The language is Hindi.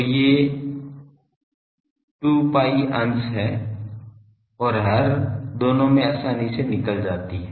तो ये 2 pi अंश और हर दोनों में आसानी से निकल जाती है